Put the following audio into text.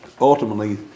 ultimately